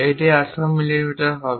এটি 18 মিমি হবে